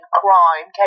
crime